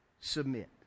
submit